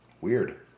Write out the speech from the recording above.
weird